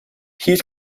heat